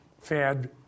fed